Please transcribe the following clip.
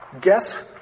Guess